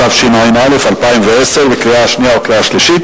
התשע"א 2010, קריאה שנייה וקריאה שלישית.